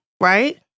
right